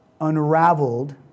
unraveled